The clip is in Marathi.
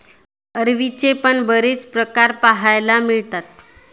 अरवीचे पण बरेच प्रकार पाहायला मिळतात